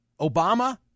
Obama